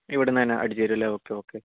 ഇവിടെ നിന്ന് തന്നെ അടിച്ചു തരുമല്ലേ ഓക്കേ ഓക്കേ